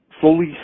fully